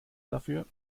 dafür